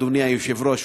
אדוני היושב-ראש,